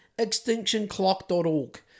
extinctionclock.org